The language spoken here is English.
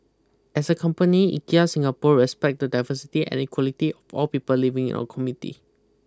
as a company Ikea Singapore respect to the diversity and equality of all people living in our community